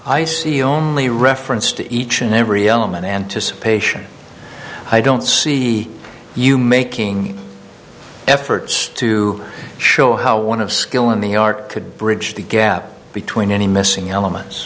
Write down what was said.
see only reference to each and every element in anticipation i don't see you making efforts to show how one of skill in the art could bridge the gap between any missing elements